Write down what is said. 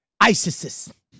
isis